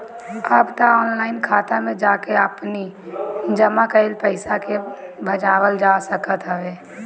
अब तअ ऑनलाइन खाता में जाके आपनी जमा कईल पईसा के भजावल जा सकत हवे